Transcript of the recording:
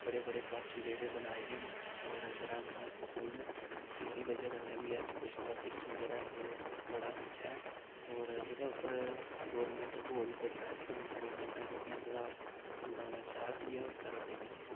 बड़े बड़े कश जेह्ड़े बनाऐ दे न होर ग्रांऽ ग्रांऽ च स्कूल न ते एह्दी बजह् कन्नै बी एजुकेशन दा सिस्टम जेह्ड़ा ऐ ओह् बड़ा अच्छा ऐ होर एह्दे उप्पर गौरमेंट होर बी बड़ी सारियां इंप्रूवमेंटा जेह्ड़ियां सुधार लाना चाह दी ऐ होर करा दी बी ऐ